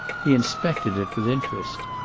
he inspected it with interest.